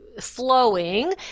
flowing